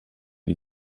die